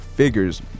Figures